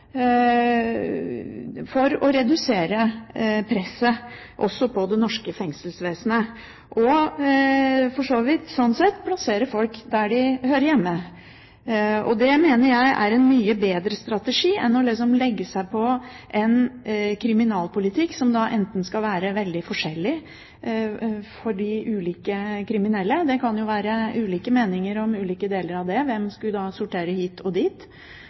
for å redusere presset på det norske fengselsvesenet og, sånn sett, plassere folk der de hører hjemme. Det mener jeg er en mye bedre strategi enn å legge seg på en kriminalpolitikk som skal være veldig forskjellig for de ulike kriminelle. Det kan jo være ulike meninger om ulike deler av det – hvem skal sorteres hit og dit,